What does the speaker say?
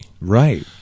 Right